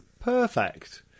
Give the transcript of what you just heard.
Perfect